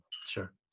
Sure